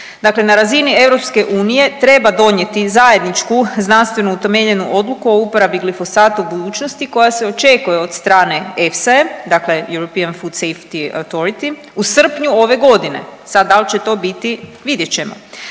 Dakle na razini EU treba donijeti zajedničku znanstveno utemeljenu odluku o uporabi glifosata u budućnosti koja se očekuje od strane EFSA-e, dakle European Food Safety Authority u srpnju ove godine. Sad, da li će to biti, vidjet ćemo.